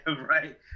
right